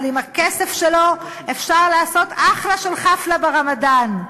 אבל עם הכסף שלו אפשר לעשות אחלה של חאפלה ברמדאן.